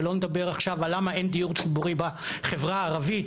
ולא נדבר עכשיו על למה אין דיור ציבורי בחברה הערבית,